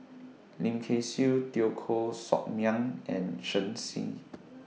Lim Kay Siu Teo Koh Sock Miang and Shen Xi